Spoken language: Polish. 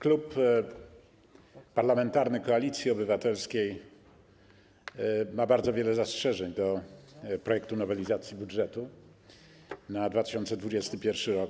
Klub Parlamentarny Koalicja Obywatelska ma bardzo wiele zastrzeżeń wobec projektu nowelizacji budżetu na 2021 r.